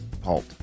halt